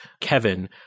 Kevin